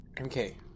Okay